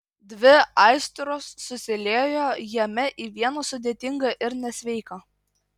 dvi aistros susiliejo jame į vieną sudėtingą ir nesveiką